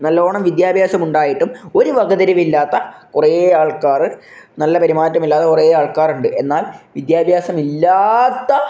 നല്ലവണ്ണം വിദ്യഭ്യാസം ഉണ്ടായിട്ടും ഒരു വകതിരിവ് ഇല്ലാത്ത കുറേ ആള്ക്കാര് നല്ല പെരുമാറ്റമില്ലാതെ കുറേ ആള്ക്കാരുണ്ട് എന്നാല് വിദ്യാഭ്യാസം ഇല്ലാത്ത